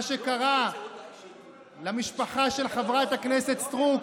מה שקרה למשפחה של חברת הכנסת סטרוק,